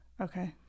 Okay